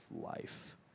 life